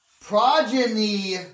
Progeny